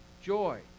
Joy